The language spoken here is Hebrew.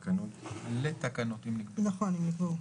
נכון, אם נקבעו